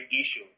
issue